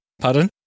pardon